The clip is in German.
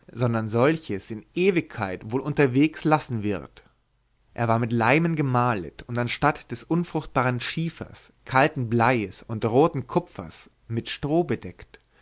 sondern solches in ewigkeit wohl unterwegen lassen wird er war mit laimen gemalet und anstatt des unfruchtbarn schiefers kalten bleies und roten kupfers mit stroh bedeckt